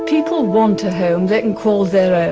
people want a home they can call their